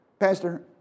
Pastor